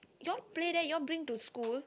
you all play that you all bring to school